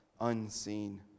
unseen